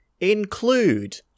include